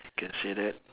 can say that